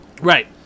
Right